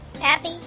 Happy